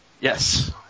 Yes